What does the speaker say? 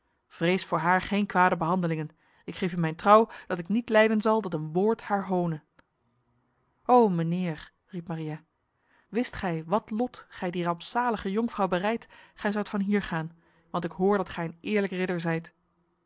vrees voor haar geen kwade behandelingen ik geef u mijn trouw dat ik niet lijden zal dat een woord haar hone o mijnheer riep maria wist gij wat lot gij die rampzalige jonkvrouw bereidt gij zoudt van hier gaan want ik hoor dat gij een eerlijk ridder zijt